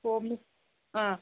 ꯑꯣ ꯑꯥ